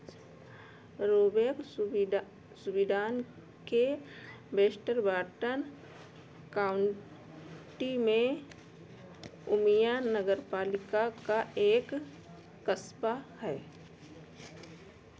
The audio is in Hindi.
रोबेक सुविडा सुविडान के बेस्टरबाटन काउंटी में उमिया नगरपालिका का एक कस्बा है